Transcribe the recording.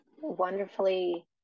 wonderfully